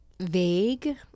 vague